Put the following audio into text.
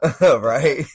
Right